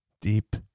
Deep